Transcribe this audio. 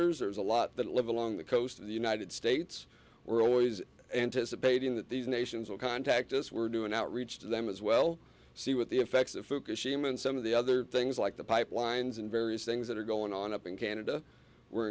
islanders there's a lot that live along the coast of the united states we're always anticipating that these nations will contact us we're doing outreach to them as well see what the effects of fukushima and some of the other things like the pipelines and various things that are going on up in canada we're